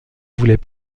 voulait